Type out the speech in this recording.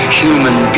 human